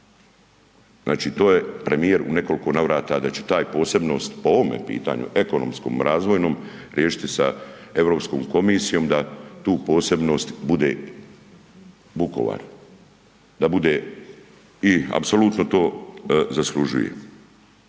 Znači to je premijer u nekoliko navrata, da će taj posebnost po ovome pitanju, ekonomskom, razvojnom, riješiti sa EU komisijom da tu posebnost bude Vukovar. Da bude i apsolutno to zaslužuje.